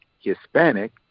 Hispanic